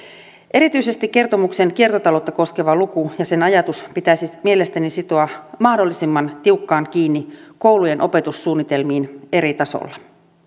erityisesti kertomuksen kiertotaloutta koskeva luku ja sen ajatus pitäisi mielestäni sitoa mahdollisimman tiukkaan kiinni koulujen opetussuunnitelmiin eri tasoilla